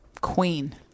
queen